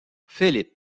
philip